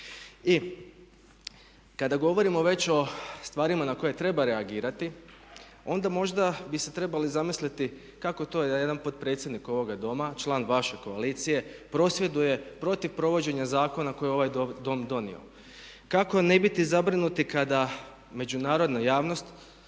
I kada govorimo veći o stvarima na koje treba reagirati onda možda bi se trebali zamisliti kako to da jedan potpredsjednik ovoga Doma, član vaše koalicije prosvjeduje protiv provođenja zakona koje je ovaj Dom donio? Kako ne biti zabrinuti kada međunarodna javnost